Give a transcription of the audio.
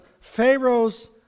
Pharaoh's